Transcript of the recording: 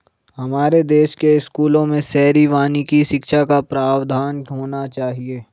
हमारे देश के स्कूलों में शहरी वानिकी शिक्षा का प्रावधान होना चाहिए